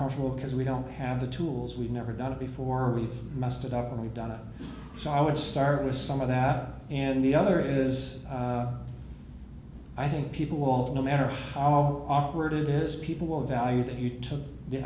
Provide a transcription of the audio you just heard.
comfortable because we don't have the tools we've never done it before we've messed it up and we've done it so i would start with some of that and the other is i think people want no matter how awkward it is people will value that you took the